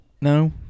No